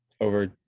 over